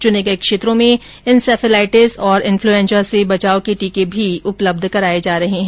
चूने गये क्षेत्रों में इनसेफेलाइटिस और इन्फ्लुएन्जा से बचाव के टीके भी उपलब्ध कराए जा रहे हैं